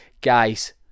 guys